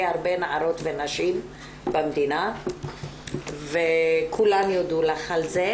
נערות ונשים במדינה וכולן יודו לך על זה,